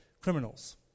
criminals